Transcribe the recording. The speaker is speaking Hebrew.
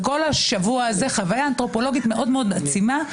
וכל השבוע הזה חוויה אנתרופולוגית מאוד מאוד עצימה,